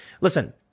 Listen